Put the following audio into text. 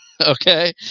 okay